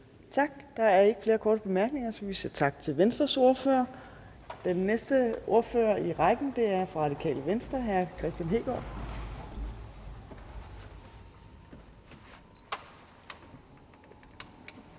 Tak. Der er ikke flere korte bemærkninger, så vi siger tak til Venstres ordfører. Den næste ordfører i rækken er fra Det Radikale Venstre, hr. Kristian Hegaard.